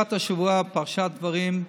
בפרשת השבוע, פרשת דברים,